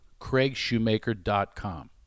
craigshoemaker.com